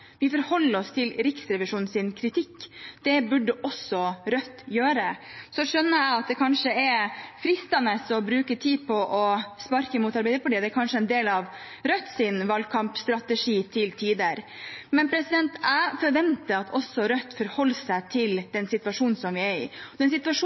Vi forholder oss til Riksrevisjonens kritikk. Det burde også Rødt gjøre. Så skjønner jeg at det kanskje er fristende å bruke tid på å sparke mot Arbeiderpartiet. Det er kanskje en del av Rødts valgkampstrategi til tider. Men jeg forventer at også Rødt forholder seg